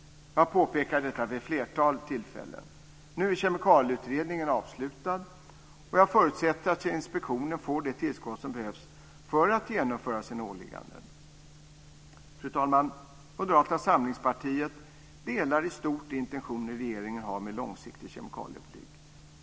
Jag har påpekat detta vid ett flertal tillfällen. Nu är kemikalieutredningen avslutad. Jag förutsätter att inspektionen får det tillskott som behövs för att genomföra sina åligganden. Fru talman! Moderata samlingspartiet delar i stort de intentioner regeringen har med en långsiktig kemikaliepolitik.